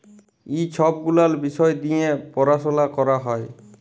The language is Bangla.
ই ছব গুলাল বিষয় দিঁয়ে পরাশলা ক্যরা হ্যয়